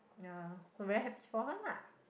ya I'm very happy for her lah